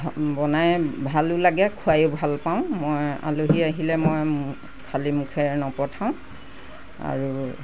বনাই ভালো লাগে খুৱাইও ভাল পাওঁ মই আলহী আহিলে মই খালি মুখেৰে নপঠাওঁ আৰু